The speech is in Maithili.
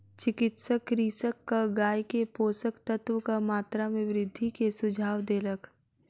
चिकित्सक कृषकक गाय के पोषक तत्वक मात्रा में वृद्धि के सुझाव देलक